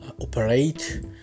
operate